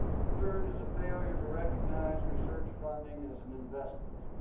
and third is a failure to recognize research funding as an investment.